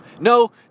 No